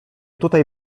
tutaj